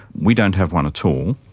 we don't have one at all.